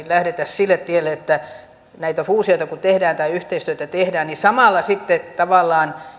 lähdetä sille tielle että kun näitä fuusioita tai yhteistyötä tehdään samalla sitten tavallaan